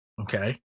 okay